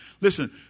Listen